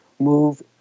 Move